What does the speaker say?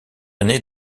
aîné